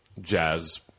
jazz